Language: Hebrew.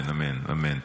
אמן, אמן, אמן.